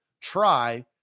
try